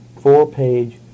four-page